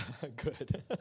Good